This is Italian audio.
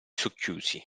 socchiusi